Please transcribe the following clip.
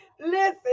listen